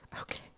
Okay